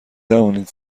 توانید